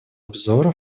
обзора